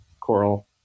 coral